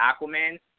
Aquaman